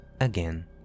again